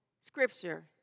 scripture